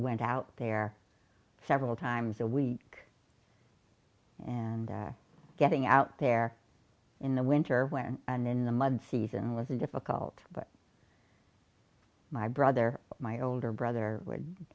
went out there several times a week and getting out there in the winter when and in the month season was difficult but my brother my older brother would